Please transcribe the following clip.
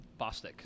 Bostick